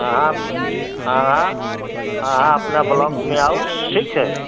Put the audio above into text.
अहाँ अहाँ अहाँ अपना ब्लॉक मे आउ ठीक छै